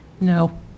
No